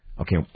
okay